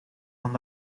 van